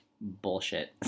bullshit